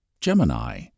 Gemini